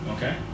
Okay